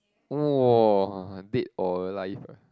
!woah! dead or alive ah